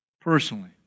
personally